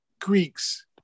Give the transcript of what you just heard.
Greeks